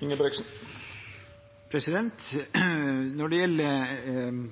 Når det gjelder